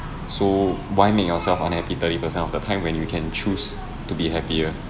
so why make yourself unhappy thirty per cent of the time when you can choose to be happier